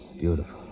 beautiful